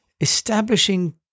establishing